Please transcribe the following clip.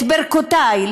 את ברכותי,